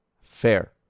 fair